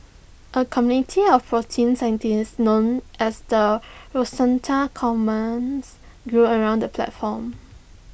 A community of protein scientists known as the Rosetta Commons grew around the platform